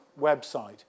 website